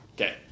Okay